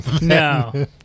No